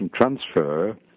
transfer